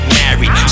married